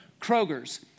Kroger's